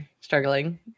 struggling